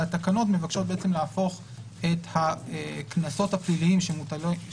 והתקנות מבקשות בעצם להפוך את הקנסות הפליליים שמוטלים,